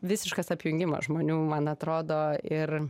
visiškas apjungimas žmonių man atrodo ir